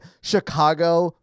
Chicago